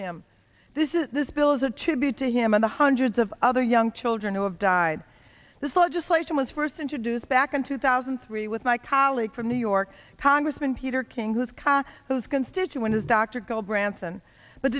him this is this bill is a tribute to him and the hundreds of other young children who have died this legislation was first introduced back in two thousand and three with my colleague from new york congressman peter king whose cause those constituent is dr go branson but